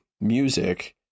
music